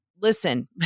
listen